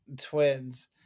twins